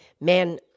man